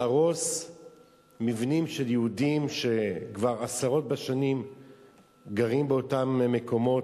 להרוס מבנים של יהודים שכבר עשרות בשנים גרים באותם מקומות.